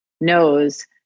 knows